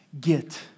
get